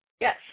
Yes